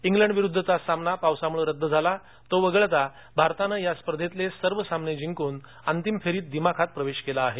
इंग्लंडविरुद्धचा सामना पावसामुळे रद्द झाला तो वगळता भारतानं या स्पर्धेतले सर्व सामने जिंकून अंतिम फेरीत दिमाखात प्रवेश केला आहे